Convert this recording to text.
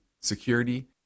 security